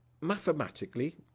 mathematically